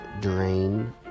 drain